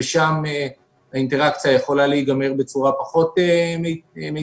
ושם האינטראקציה יכולה להיגמר בצורה פחות מיטבית.